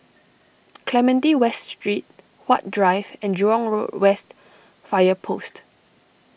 Clementi West Street Huat Drive and Jurong West Fire Post